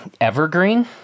Evergreen